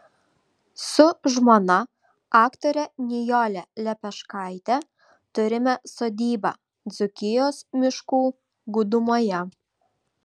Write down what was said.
su žmona aktore nijole lepeškaite turime sodybą dzūkijos miškų gūdumoje